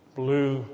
blue